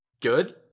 good